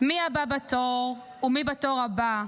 מי הבא בתור ומי בתור הבא".